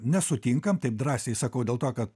nesutinkam taip drąsiai sakau dėl to kad